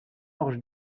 orge